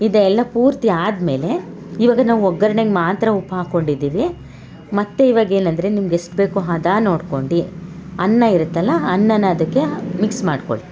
ಇದೆಲ್ಲ ಪೂರ್ತಿ ಆದ್ಮೇಲೆ ಇವಾಗ ನಾವು ಒಗ್ಗರ್ಣೆಗೆ ಮಾತ್ರ ಉಪ್ಪು ಹಾಕೊಂಡು ಇದೀವಿ ಮತ್ತು ಇವಾಗ ಏನಂದರೆ ನಿಮ್ಗ ಎಷ್ಟು ಬೇಕೋ ಹದಾ ನೋಡ್ಕೊಂಡು ಅನ್ನ ಇರುತ್ತಲ್ಲ ಅನ್ನನ ಅದಕ್ಕೆ ಮಿಕ್ಸ್ ಮಾಡ್ಕೊಳ್ಳಿ